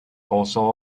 also